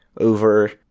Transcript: over